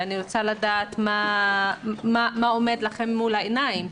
ואני רוצה לדעת מה עומד לכם מול העיניים,